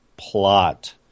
plot